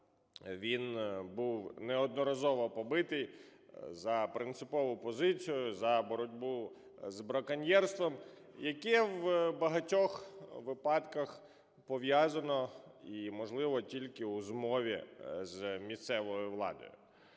він був неодноразово побитий за принципову позицію, за боротьбу з браконьєрством, яке в багатьох випадках пов'язано і можливе тільки у змові з місцевою владою.